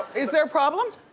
is there a problem?